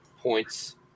points –